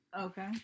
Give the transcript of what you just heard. Okay